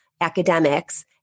academics